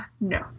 No